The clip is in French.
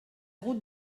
route